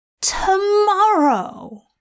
tomorrow